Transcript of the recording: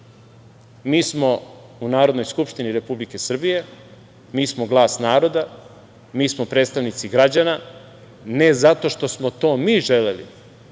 mi? Mi smo u Narodnoj skupštini Republike Srbije, mi smo glas naroda, mi smo predstavnici građana, ne zato što smo to mi želeli,